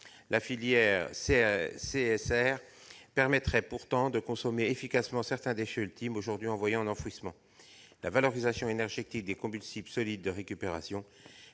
la filière CSR pourrait consommer efficacement certains déchets ultimes aujourd'hui envoyés à l'enfouissement. La valorisation énergétique des combustibles solides de récupération